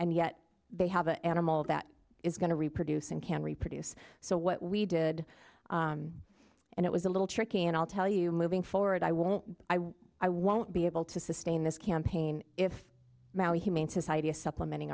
and yet they have an animal that is going to reproduce and can reproduce so what we did and it was a little tricky and i'll tell you moving forward i won't i won't be able to sustain this campaign if mao humane society is supplementing